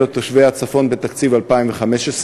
1. האם יש מענה לתושבי הצפון בתקציב 2015?